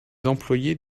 employés